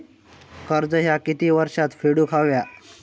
कर्ज ह्या किती वर्षात फेडून हव्या?